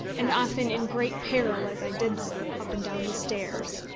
and often in great peril as i did so, up and down the stairs.